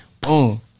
Boom